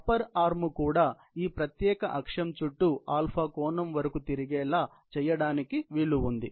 upper arm కూడా ఈ ప్రత్యేక అక్షం చుట్టూ కోణము వరకు తిరిగేలా చేయడానికి వీలు ఉంది